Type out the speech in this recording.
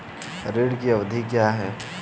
ऋण की अवधि क्या है?